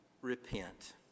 repent